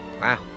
Wow